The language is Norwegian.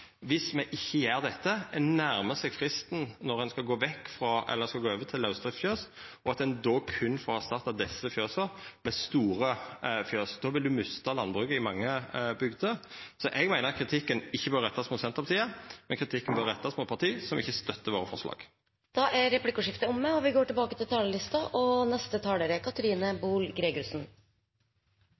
me ikkje gjer dette. Ein nærmar seg fristen for når ein skal gå over til lausdriftsfjøs, og at ein då berre får erstatta desse fjøsa med store fjøs. Då vil ein mista landbruket i mange bygder. Så eg meiner kritikken ikkje bør rettast mot Senterpartiet, men kritikken må rettast mot parti som ikkje støttar våre forslag. Da er replikkordskiftet omme. Jordbruk er viktig fordi det skaper verdier for landet, det bidrar til å ta vare på kulturlandskapet og